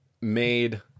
Made